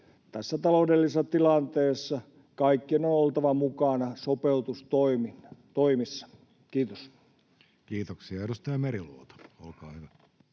Tässä taloudellisessa tilanteessa kaikkien on oltava mukana sopeutustoimissa. — Kiitos. Kiitoksia. — Edustaja Meriluoto, olkaa hyvä.